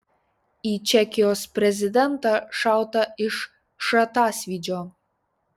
į čekijos prezidentą šauta iš šratasvydžio